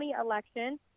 election